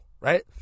right